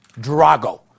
Drago